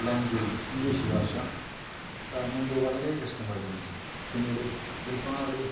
language English ഭാഷ മുമ്പ് വളരെ കഷ്ട്ടമായിരുന്നു പിന്നീട് ഒരുപാട്